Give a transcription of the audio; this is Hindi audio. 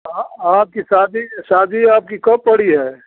आ आपकी शादी शादी आपकी कब पड़ी है